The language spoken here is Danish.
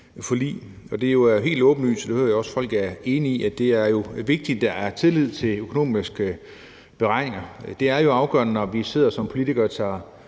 forlig. Det er jo helt åbenlyst – og det hører jeg også at folk er enige i – at det er vigtigt, at der er tillid til økonomiske beregninger. Det er jo afgørende, når vi sidder som politikere og tager